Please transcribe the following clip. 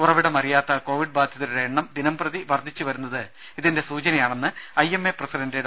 ഉറവിടമറിയാത്ത Covid ബാധിതരുടെ എണ്ണം ദിനംപ്രതി വർധിച്ചുവരുന്നത് ഇതിന്റെ സൂചനയാണെന്ന് ഐഎംഎ പ്രസിഡന്റ് ഡോ